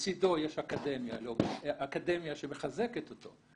לצידו יש אקדמיה שמחזקת אותו.